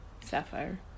Sapphire